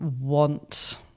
want